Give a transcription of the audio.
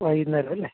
വൈകുന്നേരം അല്ലേ